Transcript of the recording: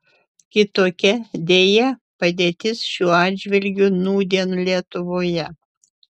kitokia deja padėtis šiuo atžvilgiu nūdien lietuvoje